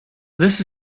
this